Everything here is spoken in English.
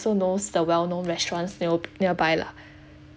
also knows the well known restaurants near nearby lah